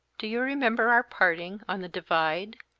do you remember our parting on the divide?